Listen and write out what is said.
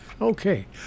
okay